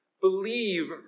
Believe